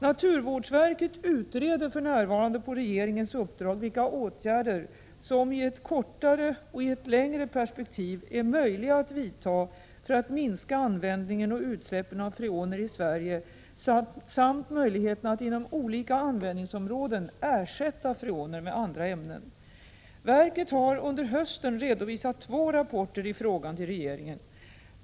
Naturvårdsverket utreder för närvarande på regeringens uppdrag vilka åtgärder som — i ett kortare och i ett längre perspektiv — är möjliga att vidta för att minska användningen och utsläppen av freoner i Sverige samt 21 möjligheterna att inom olika användningsområden ersätta freoner med andra ämnen. Verket har under hösten redovisat två rapporter i frågan till regeringen.